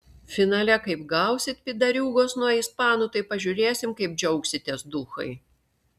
finale kaip gausit pydariūgos nuo ispanų tai pažiūrėsim kaip džiaugsitės duchai